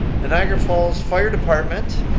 the niagara falls fire department,